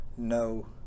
no